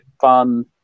fun